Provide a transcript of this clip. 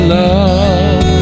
love